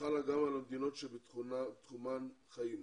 חלה גם על המדינות שבתחומן הם חיים.